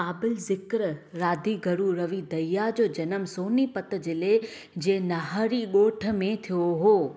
क़ाबिलु ज़िक़्रु राधीगुरू रवी दहिया जो जनम सोनीपत जिले जे नाहरी ॻोठ में थियो हो